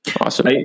Awesome